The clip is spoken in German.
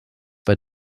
bei